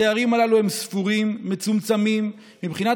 התארים הללו הם ספורים ומצומצמים מבחינת